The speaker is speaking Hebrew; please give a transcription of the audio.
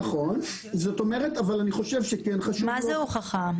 נכון, אבל אני חושב שכן חשוב --- מה זה הוכחה?